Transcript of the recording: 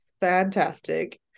fantastic